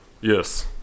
yes